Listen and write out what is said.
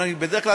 בדרך כלל,